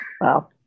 Wow